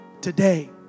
today